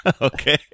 Okay